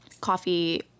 coffee